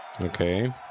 Okay